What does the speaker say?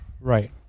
Right